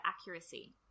accuracy